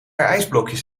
ijsblokjes